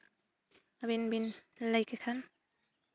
ᱟᱹᱵᱤᱱ ᱵᱤᱱ ᱞᱟᱹᱭ ᱠᱮᱫ ᱠᱷᱟᱱ